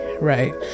right